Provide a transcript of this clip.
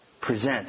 present